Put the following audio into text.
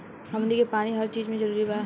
हमनी के पानी हर चिज मे जरूरी बा